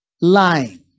lying